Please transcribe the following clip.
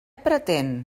pretén